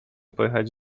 pojechać